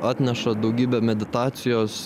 atneša daugybę meditacijos